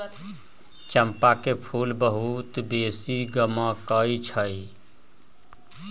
चंपा के फूल बहुत बेशी गमकै छइ